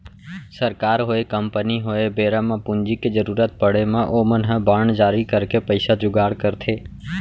सरकार होय, कंपनी होय बेरा म पूंजी के जरुरत पड़े म ओमन ह बांड जारी करके पइसा जुगाड़ करथे